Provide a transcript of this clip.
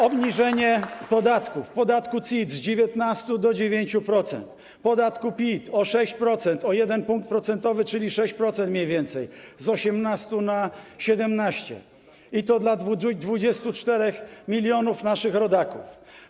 Obniżenie podatków, podatku CIT - z 19 do 9%, podatku PIT - o 6%, o 1 punkt procentowy, czyli 6% mniej więcej, z 18 na 17, i to dla 24 mln naszych rodaków.